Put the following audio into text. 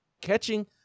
catching